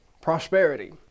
Prosperity